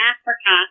Africa